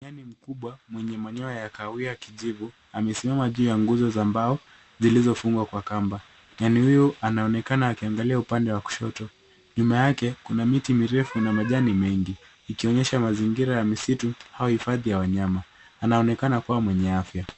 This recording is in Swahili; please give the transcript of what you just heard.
Nyani mkubwa mwenye manyoya ya kahawia kijivu amesimama juu ya nguzo za mbao zilizofungwa kwa kamba. Nyani huyu anaonekana akiangalia upande wa kushoto. Nyuma yake, kuna miti mirefu na majani mengi ikionyesha mazingira ya misitu au hifadhi ya wanyama. Anaonekana kuwa mwenye afya.